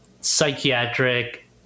psychiatric